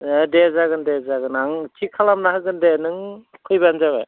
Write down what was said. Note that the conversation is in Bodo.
अ दे जागोन दे जागोन आं थिक खालामना होगोन दे नों फैबानो जाबाय